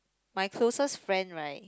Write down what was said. my closest friend right